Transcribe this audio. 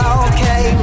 okay